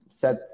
set